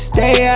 Stay